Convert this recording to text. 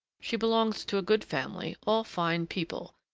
she belongs to a good family, all fine people,